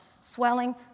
swelling